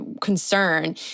concern